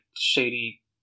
shady